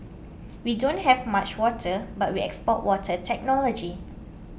we don't have much water but we export water technology